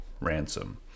ransom